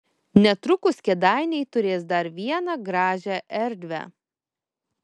netrukus kėdainiai turės dar vieną gražią erdvę